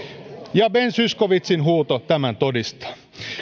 ja ben zyskowiczin huuto tämän todistaa